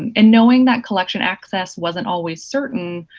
and and knowing that collection access wasn't always certain,